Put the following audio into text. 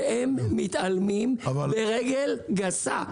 והם מתעלמים ברגל גסה.